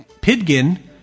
Pidgin